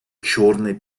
чорне